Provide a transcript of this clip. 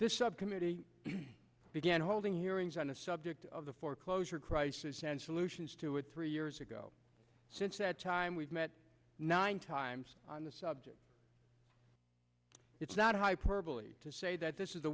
this subcommittee began holding hearings on the subject of the foreclosure crisis and solutions to it three years ago since that time we've met nine times on the subject it's not hyperbole to say that this is the